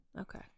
Okay